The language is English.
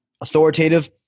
Authoritative